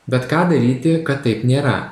bet ką daryti kad taip nėra